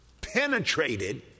penetrated